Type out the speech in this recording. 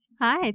Hi